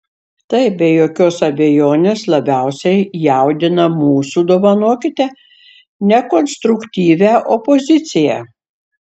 tai be jokios abejonės labiausiai jaudina mūsų dovanokite nekonstruktyvią opoziciją